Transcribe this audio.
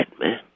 man